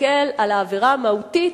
להסתכל על העבירה המהותית,